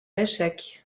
échec